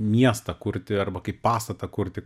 miestą kurti arba kaip pastatą kurti